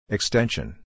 Extension